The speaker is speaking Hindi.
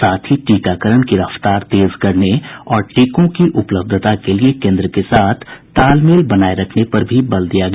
साथ ही टीकाकरण की रफ्तार तेज करने और टीकों की उपलब्धता के लिए केन्द्र के साथ तालमेल बनाये रखने पर भी बल दिया गया